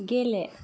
गेले